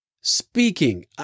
speaking